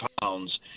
pounds